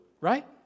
right